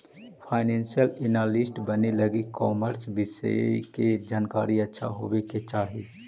financial analyst बने लगी commerce विषय के जानकारी अच्छा होवे के चाही